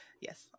yes